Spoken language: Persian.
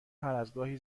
هرازگاهی